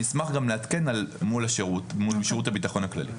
אני אשמח גם לעדכן על העבודה מול שירות הבטחון הכללי.